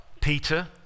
Peter